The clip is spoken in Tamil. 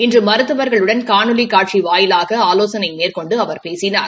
இன்று மருத்துவாகளுடன் காணொலி காட்சி வாயிவாக ஆவோசனை மேற்கொண்டு அவர் பேசினார்